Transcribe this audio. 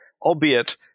Albeit